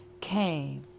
came